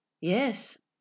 Yes